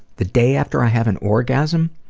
the day after i have an orgasm